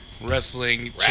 Wrestling